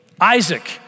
Isaac